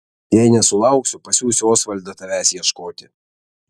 jei nesulauksiu pasiųsiu osvaldą tavęs ieškoti